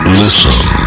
listen